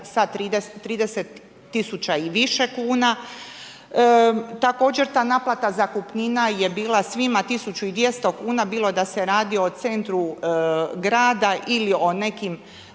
sa 30 000 i više kuna. Također ta naplata zakupnina je bila svima 1200 kn bilo da se radi o centru grada ili o nekim